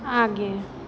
आगे